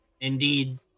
Indeed